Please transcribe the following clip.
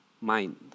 mind